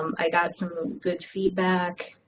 i got some good feedback,